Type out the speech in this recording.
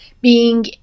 being-